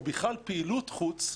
או בכלל פעילות חוץ,